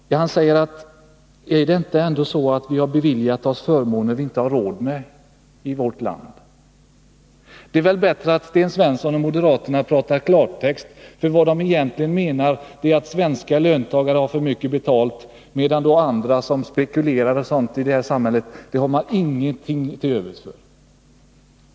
Sten Svensson frågar om det ändå inte är så att vi beviljat oss förmåner som vi inte har råd med. Det är väl bättre att Sten Svensson och moderaterna använder klartext. Vad de egentligen menar är att svenska löntagare har för mycket betalt, medan man däremot inte gör någonting för att komma åt exempelvis den som spekulerar.